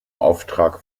auftrag